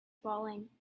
falling